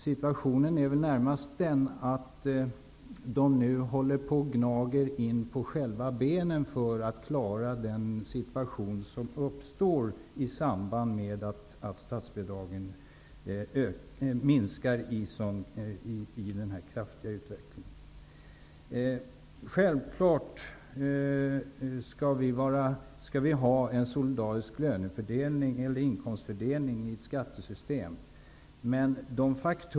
Situationen är väl närmast den att man i kommunerna nu håller på och gnager in på själva benet för att klara den situation som uppstår i samband med att statsbidragen minskar så kraftigt. Självfallet skall vi har en solidarisk inkomstfördelning i ett skattesystem.